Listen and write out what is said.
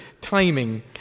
timing